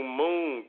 moon